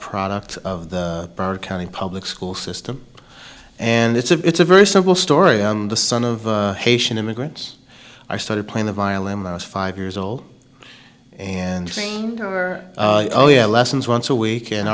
product of the burt county public school system and it's a it's a very simple story and the son of a haitian immigrant i started playing the violin when i was five years old and over oh yeah lessons once a week in